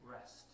rest